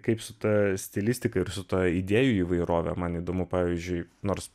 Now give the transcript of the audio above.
kaip su ta stilistika ir su ta idėjų įvairove man įdomu pavyzdžiui nors